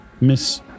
Miss